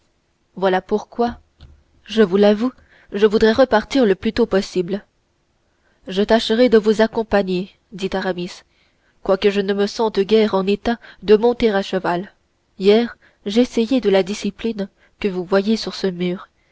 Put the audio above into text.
voilà pourquoi je vous l'avoue je voudrais repartir le plus tôt possible je tâcherai de vous accompagner dit aramis quoique je ne me sente guère en état de monter à cheval hier j'essayai de la discipline que vous voyez sur ce mur